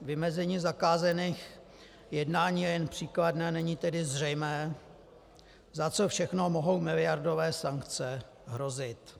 Vymezení zakázaných jednání je jen příkladné, a není tedy zřejmé, za co všechno mohou miliardové sankce hrozit.